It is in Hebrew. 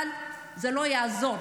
אבל זה לא יעזור.